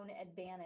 advantage